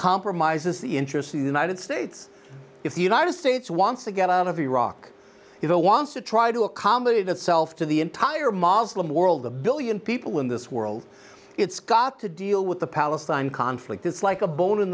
compromises the interest of the united states if the united states wants to get out of iraq if it wants to try to accommodate itself to the entire moslem world the billion people in this world it's got to deal with the palestine conflict it's like a bone in